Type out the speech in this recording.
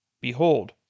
behold